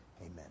Amen